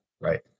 right